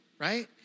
right